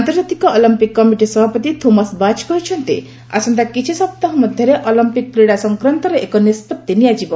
ଆନ୍ତର୍ଜାତିକ Olympic committee ସଭାପତି Thomas Bach କହିଛନ୍ତି ଆସନ୍ତା କିଛିସପ୍ତାହ ମଧ୍ୟରେ ଅଲମ୍ପିକ କ୍ରୀଡ଼ା ସଂକ୍ରାନ୍ତରେ ଏକ ନିଷ୍ପତ୍ତି ନିଆଯିବ